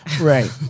Right